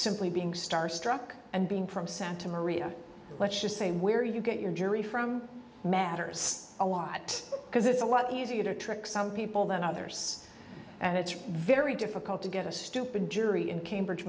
simply being starstruck and being from santa maria let's just say where you get your jury from matters a lot because it's a lot easier to trick some people than others and it's very difficult to get a stupid jury in cambridge